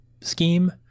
scheme